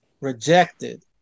Rejected